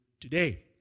today